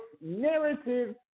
narrative